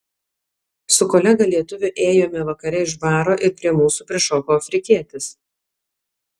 su kolega lietuviu ėjome vakare iš baro ir prie mūsų prišoko afrikietis